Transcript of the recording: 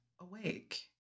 awake